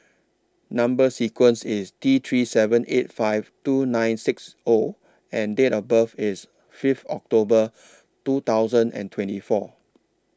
Number sequence IS T three seven eight five two nine six O and Date of birth IS Fifth October two thousand and twenty four